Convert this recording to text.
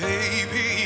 Baby